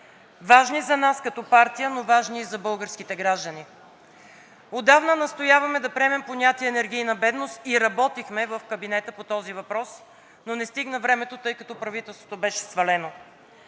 важни за нас като партия, но важни и за българските граждани. Отдавна настояваме да приемем понятие „енергийна бедност“ и работихме в кабинета по този въпрос, но не стигна времето, тъй като правителството беше свалено.